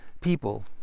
people